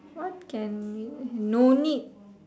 what can you no need